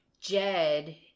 Jed